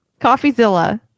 Coffeezilla